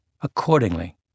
accordingly